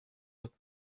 votre